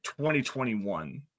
2021